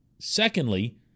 Secondly